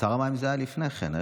שר המים, זה היה לפני כן.